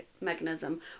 mechanism